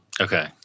Okay